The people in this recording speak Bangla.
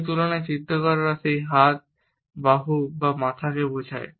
সেই তুলনায় চিত্রকররা সেই হাত বাহু বা মাথাকে বোঝায়